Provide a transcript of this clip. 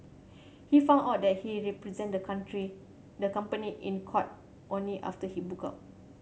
he found out that he represented the country the company in court only after he book out